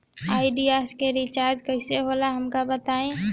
Idea के recharge कईसे होला हमका बताई?